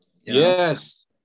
yes